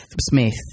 Smith